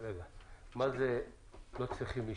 רגע, מה זה לא צריכים אישור?